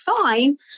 fine